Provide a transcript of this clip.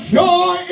joy